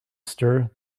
stir